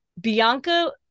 Bianca